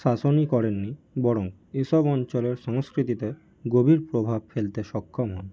শাসনই করেননি বরং এসব অঞ্চলের সংস্কৃতিতে গভীর প্রভাব ফেলতে সক্ষম হন